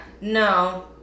No